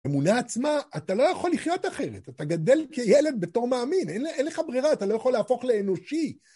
אמונה עצמה, אתה לא יכול לחיות אחרת, אתה גדל כילד בתור מאמין, אין אין לך ברירה, אתה לא יכול להפוך לאנושי.